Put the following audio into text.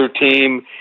team